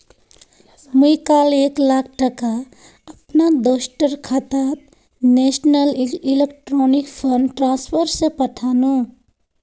मी काल एक लाख टका अपना दोस्टर खातात नेशनल इलेक्ट्रॉनिक फण्ड ट्रान्सफर से पथानु